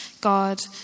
God